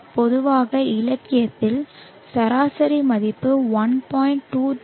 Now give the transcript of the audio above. பொதுவாக இலக்கியத்தில் சராசரி மதிப்பு 1